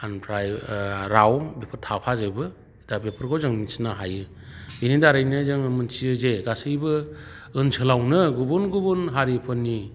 ओमफ्राय राव थाफाजोबो दा बेफोरखौ जों मिथिनो हायो बेनि दारैनो जोङो मिथियो जे गासैबो ओनसोलावनो गुबुन गुबुन हारिफोरनि